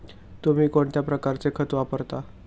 तुम्ही कोणत्या प्रकारचे खत वापरता?